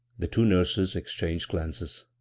the two nurses exchanged glances.